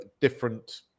different